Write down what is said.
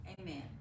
Amen